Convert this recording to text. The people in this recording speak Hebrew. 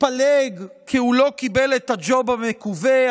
יתפלג כי הוא לא קיבל את הג'וב המקווה,